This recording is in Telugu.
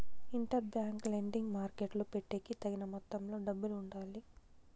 ఇంటర్ బ్యాంక్ లెండింగ్ మార్కెట్టులో పెట్టేకి తగిన మొత్తంలో డబ్బులు ఉండాలి